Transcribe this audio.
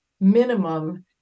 minimum